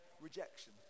rejection